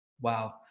Wow